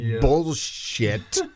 bullshit